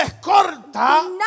corta